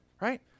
Right